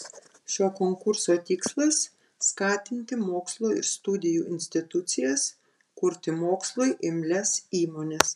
šio konkurso tikslas skatinti mokslo ir studijų institucijas kurti mokslui imlias įmones